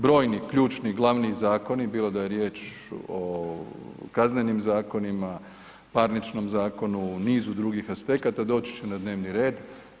Brojni ključni glavni zakoni, bilo da je riječ o kaznenim zakonima, parničnom zakonu, nizu drugih aspekata, doći će na dnevni red.